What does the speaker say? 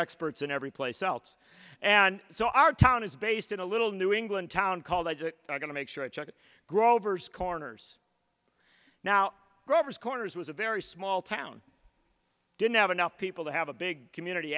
experts in every place else and so our town is based in a little new england town called going to make sure i check grover's corners now grover's corners was a very small town didn't have enough people to have a big community